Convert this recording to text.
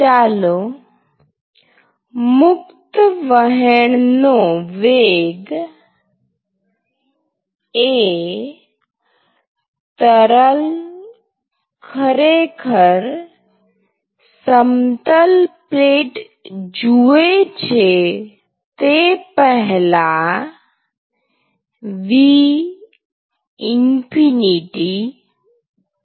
ચાલો મુક્ત વહેણ નો વેગ એ તરલ ખરેખર સમતલ પ્લેટ જુએ છે તે પહેલા v∞ છે